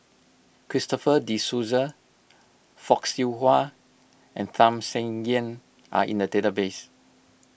Christopher De Souza Fock Siew Wah and Tham Sien Yen are in the database